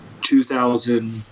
2000